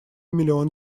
миллион